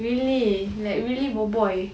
really like really boboi